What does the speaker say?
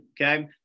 Okay